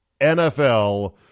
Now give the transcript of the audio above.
NFL